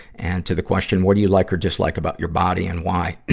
and to the question what do you like or dislike about your body, and why,